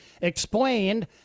explained